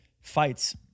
fights